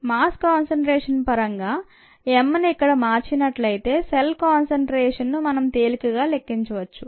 rgddt mass concentration పరంగా m ను ఇక్కడ మార్చినట్లైతే సెల్ కాన్సంట్రేషన్ ను మనం తేలికగా లెక్కించవచ్చు